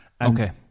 Okay